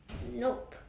nope